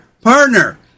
partner